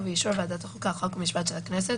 ובאישור ועדת החוקה חוק ומשפט של הכנסת,